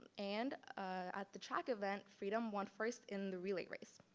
and at the track event freedom won first in the relay race,